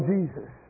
Jesus